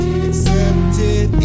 accepted